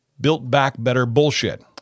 built-back-better-bullshit